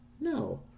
No